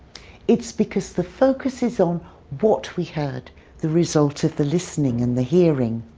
it's because the focus is on what we heard the result of the listening and the hearing.